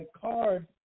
card